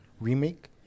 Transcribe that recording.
remake